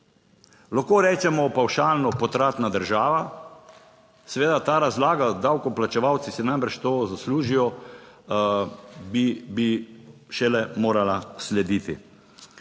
Lahko rečemo, pavšalno potratna država. Seveda ta razlaga - davkoplačevalci si najbrž to zaslužijo - bi šele morala slediti.